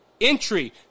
entry